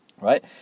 Right